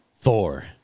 Thor